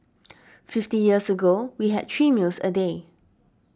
fifty years ago we had three meals a day